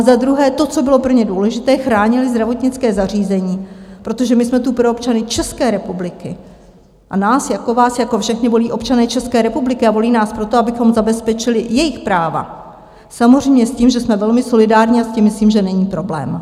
Za druhé to, co bylo pro ně důležité: chránit zdravotnická zařízení, protože my jsme tu pro občany České republiky, nás jako vás všechny volí občané České republiky a volí nás proto, abychom zabezpečili jejich práva, samozřejmě s tím, že jsme velmi solidární, a s tím, myslím si, že není problém.